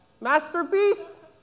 Masterpiece